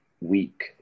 week